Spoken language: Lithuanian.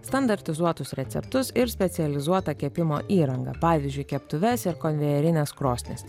standartizuotus receptus ir specializuotą kepimo įrangą pavyzdžiui keptuves ir konvejerines krosnis